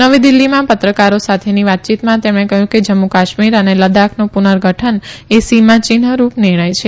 નવી દિલ્હીમાં પત્રકારો સાથેની વાતચીતમાં તેમણે કહ્યું કે જમ્મુ કાશ્મીર અને લદાખનું પુનર્ગઠનએ સીમાચિહનરૂપ નિર્ણય છે